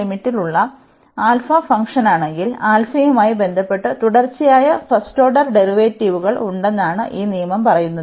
ലിമിറ്റിൽ ഉള്ള ഫംഗ്ഷനാണെങ്കിൽ യുമായി ബന്ധപ്പെട്ട് തുടർച്ചയായ ഫസ്റ്റ് ഓർഡർ ഡെറിവേറ്റീവുകൾ ഉണ്ടെന്നാണ് ഈ നിയമം പറയുന്നത്